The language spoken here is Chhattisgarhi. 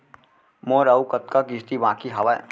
मोर अऊ कतका किसती बाकी हवय?